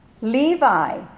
Levi